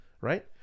right